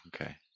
Okay